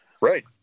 Right